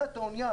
באה אונייה,